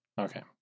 Okay